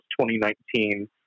2019